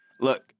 Look